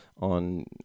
on